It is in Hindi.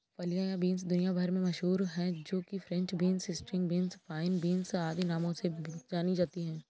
फलियां या बींस दुनिया भर में मशहूर है जो कि French beans, string beans, fine beans आदि नामों से जानी जाती है